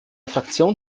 fraktion